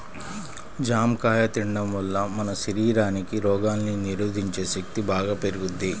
జాంకాయ తిండం వల్ల మన శరీరానికి రోగాల్ని నిరోధించే శక్తి బాగా పెరుగుద్ది